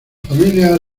familia